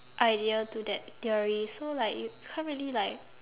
idea to that theory so like you can't really like